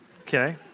Okay